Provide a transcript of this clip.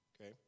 okay